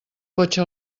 cotxe